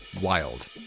wild